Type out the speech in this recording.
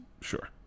Sure